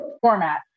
format